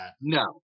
No